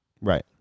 Right